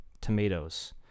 tomatoes